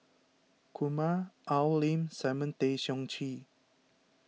Kumar Al Lim Simon Tay Seong Chee